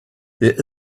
there